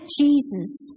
Jesus